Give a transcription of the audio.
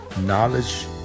knowledge